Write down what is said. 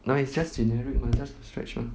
now it's just generic mah just stretch mah